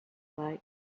like